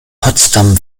potsdam